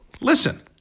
Listen